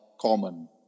common